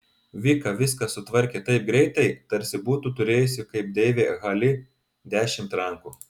vika viską sutvarkė taip greitai tarsi būtų turėjusi kaip deivė hali dešimt rankų